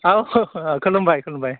औ खुलुमबाय खुलुमबाय